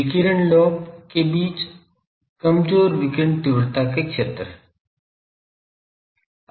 विकिरण लोब के बीच कमजोर विकिरण तीव्रता के क्षेत्र हैं